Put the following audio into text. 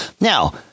Now